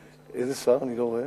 איזה שר, אני לא רואה.